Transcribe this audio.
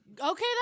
Okay